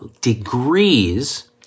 degrees